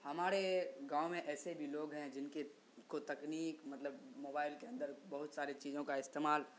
ہمارے گاؤں میں ایسے بھی لوگ ہیں جن کے کو تکنیک مطلب موبائل کے اندر بہت سارے چیزوں کا استعمال